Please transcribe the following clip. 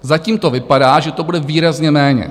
Zatím to vypadá, že to bude výrazně méně.